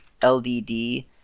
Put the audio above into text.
LDD